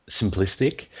simplistic